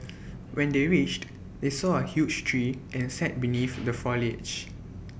when they reached they saw A huge tree and sat beneath the foliage